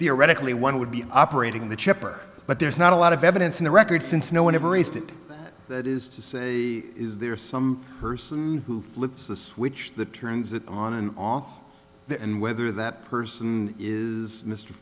theoretically one would be operating the chipper but there's not a lot of evidence in the record since no one ever raised it that is to say is there some person who flips the switch that turns it on and off the end whether that person is mr